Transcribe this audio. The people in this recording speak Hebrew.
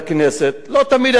לא תמיד אני מקבל את זה,